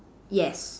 yes